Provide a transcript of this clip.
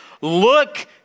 look